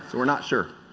so are not sure.